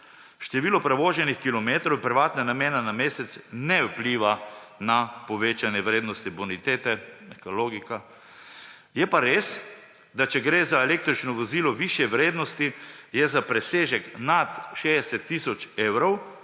število prevoženih kilometrov v privatne namene na mesec ne vpliva na povečanje vrednosti bonitete – neka logika. Je pa res, da če gre za električno vozilo višje vrednosti, je za presežek nad 60 tisoč evrov,